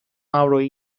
avroyu